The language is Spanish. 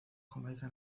jamaica